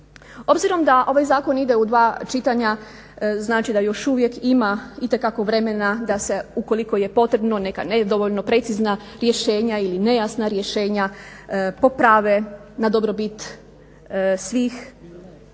Obzirom da ovaj zakon ide u dva čitanja znači da još uvijek ima itekako vremena da se ukoliko je potrebno neka nedovoljno precizna rješenja ili nejasna rješenja poprave na dobrobit svih,